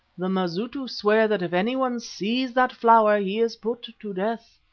the mazitu swear that if anyone sees that flower he is put to death.